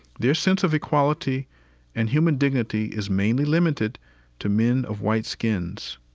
their sense of equality and human dignity is mainly limited to men of white skins.